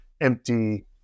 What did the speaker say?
empty